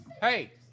Hey